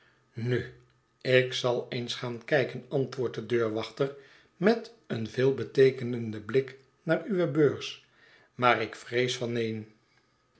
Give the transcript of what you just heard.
nu ik zal eens gaan kijken antwoordt de deurwachter met een veelbeteekenenden blik naar uwe beurs maar ik vrees van neen